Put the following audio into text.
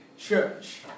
church